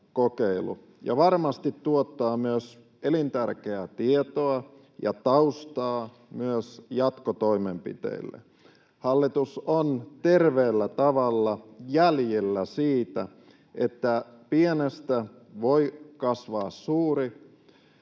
ja varmasti tuottaa myös elintärkeää tietoa ja taustaa jatkotoimenpiteille. Hallitus on terveellä tavalla jäljillä siitä, että pienestä voi kasvaa suuri,